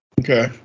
okay